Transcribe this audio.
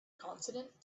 consonant